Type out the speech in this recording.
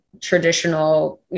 traditional